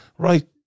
Right